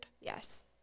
Yes